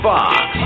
Fox